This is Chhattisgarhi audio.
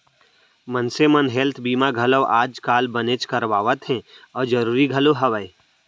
मनसे मन हेल्थ बीमा घलौ आज काल बनेच करवात हें अउ जरूरी घलौ हवय